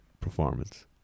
performance